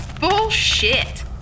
Bullshit